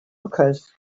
hookahs